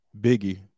Biggie